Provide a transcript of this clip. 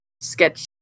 sketch